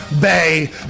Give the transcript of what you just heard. Bay